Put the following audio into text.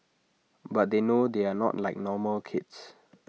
but they know they are not like normal kids